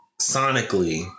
Sonically